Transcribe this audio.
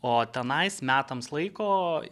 o tenai metams laiko